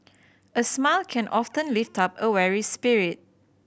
a smile can often lift up a weary spirit